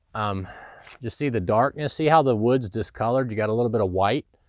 just see the darkness. see how the wood's discolored. you gotta a little bit of white.